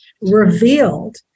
revealed